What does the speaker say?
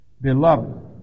Beloved